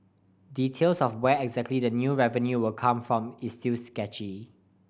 details of where exactly the new revenue will come from is still sketchy